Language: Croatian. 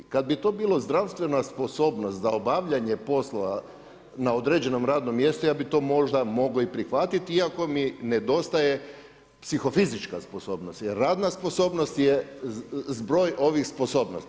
Kada bi to bila zdravstvena sposobnost za obavljanje poslova na određenom radnom mjestu ja bih to možda mogao i prihvatiti, iako mi nedostaje psihofizička sposobnost jer radna sposobnost je zbroj ovih sposobnosti.